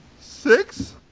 six